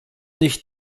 nicht